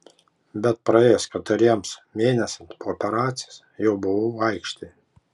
bet praėjus keturiems mėnesiams po operacijos jau buvau aikštėje